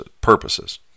purposes